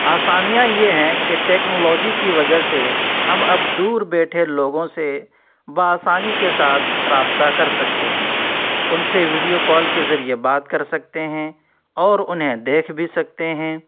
آسانیاں یہ ہیں کہ ٹیکنالوجی کی وجہ سے ہم اب دور بیٹھے لوگوں سے بآسانی کے ساتھ رابطہ کر سکتے ہیں ان سے ویڈیو کال کے ذریعے بات کر سکتے ہیں اور انہیں دیکھ بھی سکتے ہیں